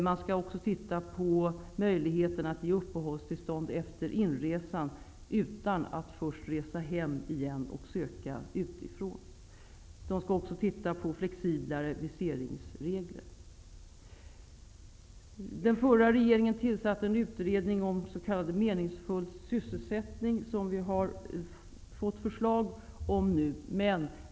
Man skall också titta på möjligheten att ge uppehållstillstånd efter inresan, utan att den sökande först behöver resa hem igen och söka uppehållstillstånd utifrån. Utredningen skall också studera flexiblare viseringsregler. meningsfull sysselsättning. Vi har nu fått förslag från den.